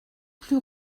plus